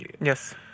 Yes